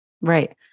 right